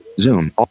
zoom